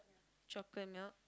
chocolate milk